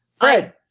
Fred